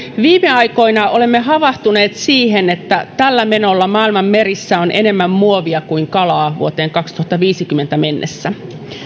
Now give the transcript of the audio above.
viime aikoina olemme havahtuneet siihen että tällä menolla maailman merissä on enemmän muovia kuin kalaa vuoteen kaksituhattaviisikymmentä mennessä